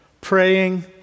praying